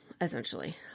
Essentially